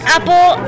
Apple